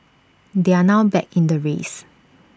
they are now back in the race